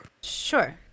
sure